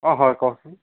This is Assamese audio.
অঁ হয় কওকচোন